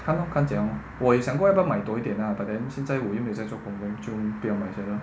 看咯看怎样咯我有想过要不要买多一点 lah but then 现在我又没有在做工 then 就没有买这样多